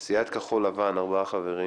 סיעת כחול לבן, ארבעה חברים: